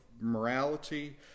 morality